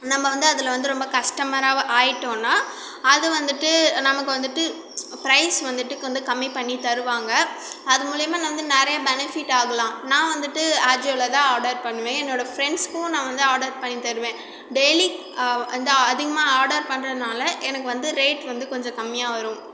நம்ப வந்து அதில் வந்து ரொம்ப கஸ்டமராக ஆகிட்டோன்னா அது வந்துட்டு நமக்கு வந்துட்டு ப்ரைஸ் வந்துட்டு கொஞ்சம் கம்மி பண்ணி தருவாங்க அது மூலமா வந்து நிறையா பெனிஃபிட் ஆகலாம் நான் வந்துட்டு ஆஜியோவில் தான் ஆர்டர் பண்ணுவேன் என்னோடய ஃப்ரெண்ட்ஸ்க்கும் நான் வந்து ஆர்டர் பண்ணி தருவேன் டெய்லி அதுதான் அதிகமாக ஆர்டர் பண்றதினால எனக்கு வந்து ரேட் வந்து கொஞ்சம் கம்மியாக வரும்